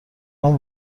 هام